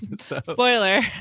spoiler